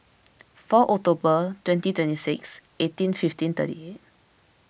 four October twenty twenty six eighteen fifteen thirty eight